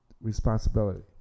responsibility